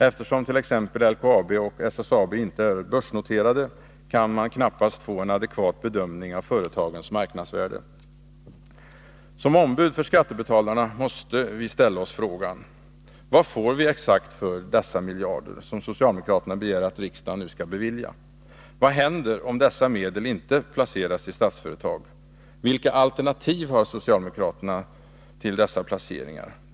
Eftersom t.ex. av Statsföretags LKAB och SSAB inte är börsnoterade, kan man knappast få en adekvat gruppen Som ombud för skattebetalarna måste vi fråga: Vad får vi exakt för dessa miljarder som socialdemokraterna begär att riksdagen nu skall bevilja? Vad händer om dessa medel inte placeras i Statsföretag? Vilka alternativ har socialdemokraterna till dessa placeringar?